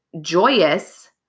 joyous